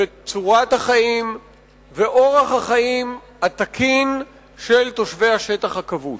צורת החיים ואורח החיים התקין של תושבי השטח הכבוש.